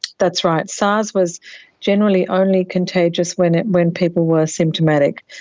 that's right, sars was generally only contagious when when people were symptomatic.